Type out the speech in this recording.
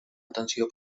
atenció